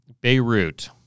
Beirut